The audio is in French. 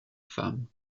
femme